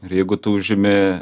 ir jeigu tu užimi